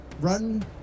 run